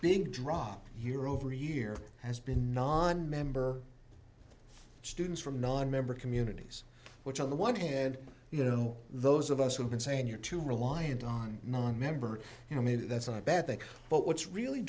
big drop year over year has been nonmember students from nonmember communities which on the one hand you know those of us who've been saying you're too reliant on nonmember you know maybe that's not a bad thing but what's really